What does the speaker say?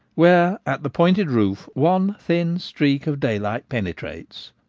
where at the pointed roof one thin streak of daylight penetrates.